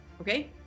Okay